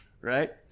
Right